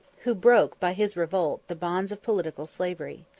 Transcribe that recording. who broke, by his revolt, the bonds of political slavery.